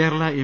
Kerala M